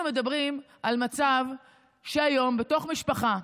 אנחנו מדברים על מצב שהיום, בתוך משפחה,